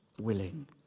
willing